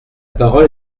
parole